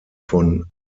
von